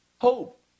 hope